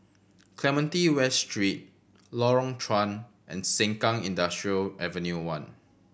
Clementi West Street Lorong Chuan and Sengkang Industrial Avenue One